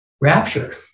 rapture